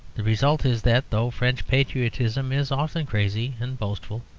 the result is that, though french patriotism is often crazy and boastful,